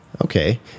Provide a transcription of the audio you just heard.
Okay